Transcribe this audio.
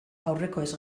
aurrekoez